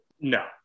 No